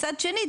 מצד שני,